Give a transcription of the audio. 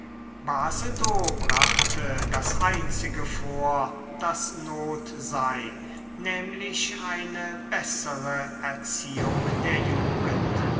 basedow brachte das einzige vor das not sei nämlich eine bessere erziehung der jugend